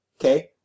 okay